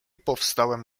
powstałem